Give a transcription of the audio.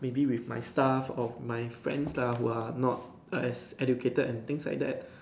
maybe with my staff of my friends lah who are not as educated and things like that